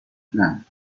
plan